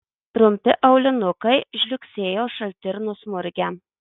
trumpi aulinukai žliugsėjo šalti ir nusmurgę